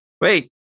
Wait